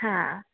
हां